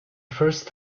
first